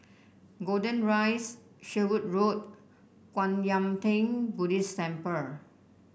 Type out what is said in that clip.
Golden Rise Sherwood Road Kwan Yam Theng Buddhist Temple